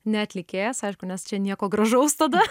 ne atlikėjas aišku nes čia nieko gražaus tada